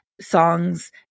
songs